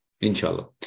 inshallah